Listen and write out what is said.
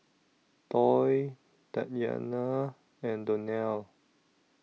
Toy Tatyanna and Donnell